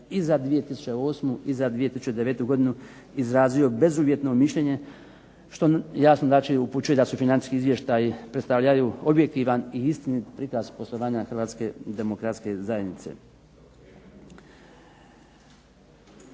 i za 2008. i za 2009. godinu izrazio bezuvjetno mišljenje što jasno znači upućuje da su financijski izvještaji predstavljaju objektivan i istinit prikaz poslovanja Hrvatske demokratske zajednice.